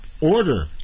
Order